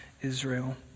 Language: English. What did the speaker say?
Israel